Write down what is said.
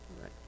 Right